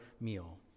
meal